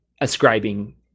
ascribing